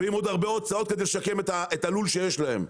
ועם עוד הרבה הוצאות כדי לשקם את הלול שיש להם.